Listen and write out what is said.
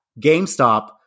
GameStop